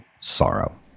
sorrow